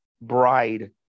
bride